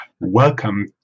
Welcome